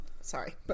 Sorry